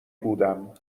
بودم